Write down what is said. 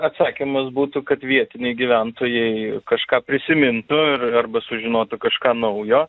atsakymas būtų kad vietiniai gyventojai kažką prisimintų ir arba sužinotų kažką naujo